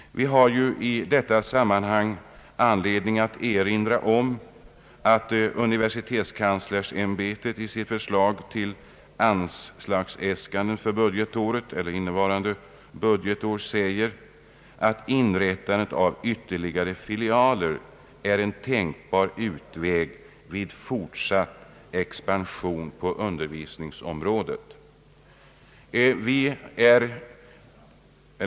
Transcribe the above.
Det finns i detta sammanhang anledning att erinra om att universitetskanslersämbetet i sina anslagsäskanden för innevarande budgetår anfört att inrättandet av ytterligare filialer är en tänkbar utväg vid fortsatt expansion på undervisningsområdet.